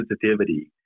sensitivity